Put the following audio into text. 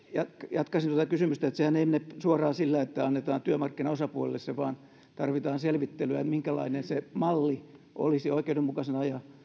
jatkaisin tuota kysymystä koska sehän ei mene suoraan sillä että annetaan työmarkkinaosapuolille se vaan tarvitaan selvittelyä minkälainen se malli olisi oikeudenmukaisena